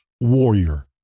warrior